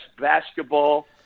basketball